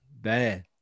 bad